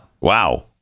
wow